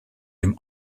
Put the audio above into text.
dem